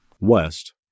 West